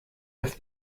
with